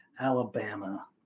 Alabama